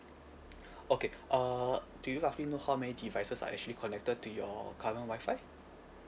okay uh do you roughly know how many devices are actually connected to your current Wi-Fi